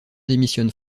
démissionne